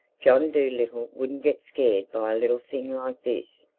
john dolittle wouldn't get scared by a little thing like this.